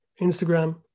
Instagram